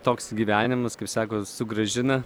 toks gyvenimas kaip sako sugrąžina